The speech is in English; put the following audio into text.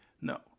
No